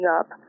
up